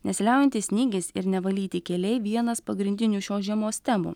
nesiliaujantis snygis ir nevalyti keliai vienas pagrindinių šios žiemos temų